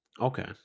Okay